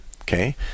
okay